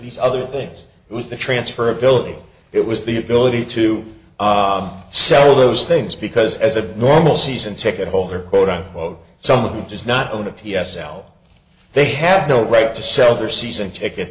these other things it was the transfer ability it was the ability to sell those things because as a normal season ticket holder quote on quote some of them just not on a p s l they have no right to sell their season ticket